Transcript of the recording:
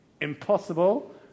impossible